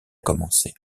commencé